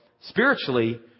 spiritually